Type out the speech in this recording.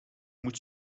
moet